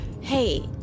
Hey